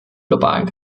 globalen